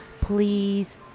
please